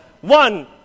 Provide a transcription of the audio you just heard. one